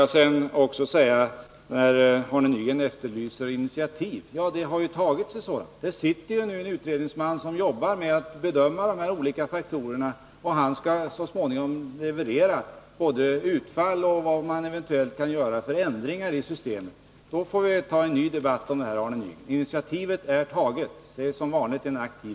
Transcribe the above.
Arne Nygren efterlyser initiativ. Ett sådant har också tagits. En utredningsman jobbar nu med att bedöma de olika faktorerna, och han skall så småningom leverera förslag om vilka ändringar man eventuellt kan göra i systemet. Därefter får vi ta en ny debatt om det här, Arne Nygren. Ett initiativ är taget. Regeringen är som vanligt aktiv.